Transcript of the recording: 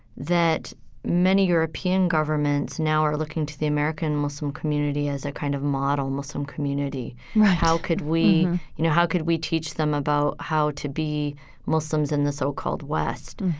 that many european governments now are looking to the american muslim community as a kind of model muslim community right how could we, you know, how could we teach them about how to be muslims in the so-called west.